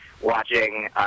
watching